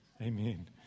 amen